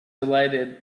delighted